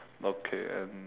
okay and